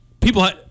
people